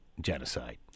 genocide